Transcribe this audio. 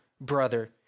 brother